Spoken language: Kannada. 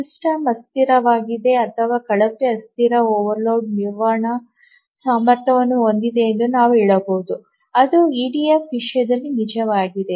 ಸಿಸ್ಟಮ್ ಅಸ್ಥಿರವಾಗಿದೆ ಅಥವಾ ಕಳಪೆ ಅಸ್ಥಿರ ಓವರ್ಲೋಡ್ ನಿರ್ವಹಣಾ ಸಾಮರ್ಥ್ಯವನ್ನು ಹೊಂದಿದೆ ಎಂದು ನಾವು ಹೇಳಬಹುದು ಅದು ಇಡಿಎಫ್ ವಿಷಯದಲ್ಲಿ ನಿಜವಾಗಿದೆ